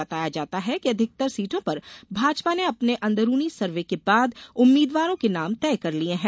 बताया जाता है कि अधिकतर सीटों पर भाजपा ने अपने अंदरूनी सर्वे के बाद उम्मीद्वारों के नाम तय कर लिए हैं